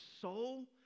soul